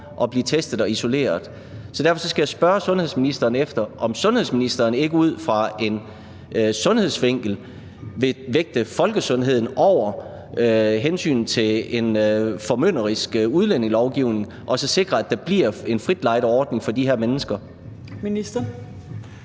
at blive testet og isoleret. Derfor skal jeg spørge sundhedsministeren efter, om sundhedsministeren ikke ud fra en sundhedsvinkel vil vægte folkesundheden over hensynet til en formynderisk udlændingelovgivning og sikre, at der bliver en frit lejde-ordning for de her mennesker. Kl.